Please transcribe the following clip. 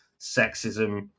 sexism